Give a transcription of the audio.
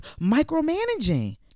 micromanaging